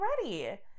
already